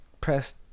press